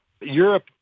Europe